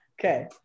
Okay